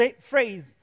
phrase